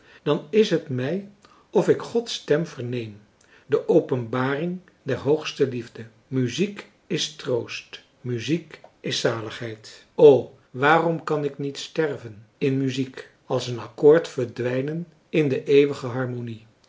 dan is t mij of ik gods stem verneem de openbaring der hoogste liefde muziek is troost muziek is zaligheid o waarom kan ik niet sterven in muziek als een accoord verdwijnen in de eeuwige harmonie